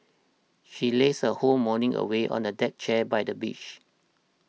she lazed her whole morning away on the deck chair by the beach